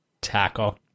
Tackle